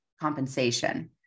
compensation